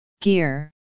gear